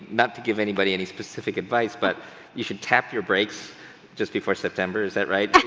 not to give anybody any specific advice but you should tap your breaks just before september, is that right?